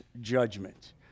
judgment